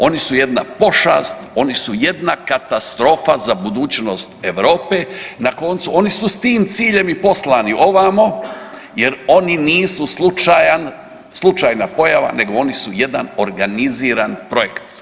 Oni su jedna pošast, oni su jedna katastrofa za budućnost Europe, na koncu oni su s tim ciljem i poslani ovamo jer oni nisu slučajan, slučajna pojava nego oni su jedan organiziran projekt.